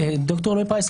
דוקטור אלרעי פרייס,